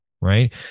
right